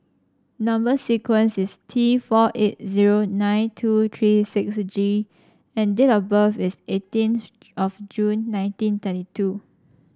number sequence is T four eight zero nine two three six G and date of birth is eighteen of June nineteen thirty two